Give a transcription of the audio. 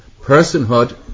personhood